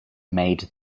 made